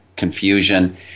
Confusion